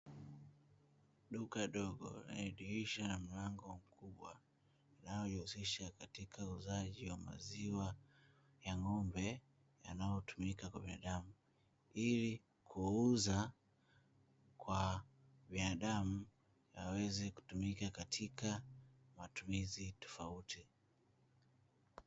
Duka dogo lenye dirisha na mlango mkubwa, linalojihusisha katika uuzaji wa maziwa ya ng'ombe, yanayotumika kwa binadamu, ili kuuza kwa binadamu yaweze kutumika katika matumizi tofauti.